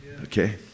okay